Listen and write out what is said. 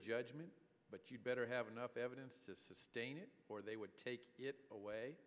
judgement but you better have enough evidence to sustain it or they would take it away